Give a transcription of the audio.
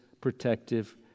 protective